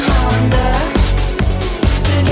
Honda